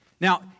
Now